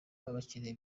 abakiriya